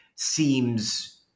seems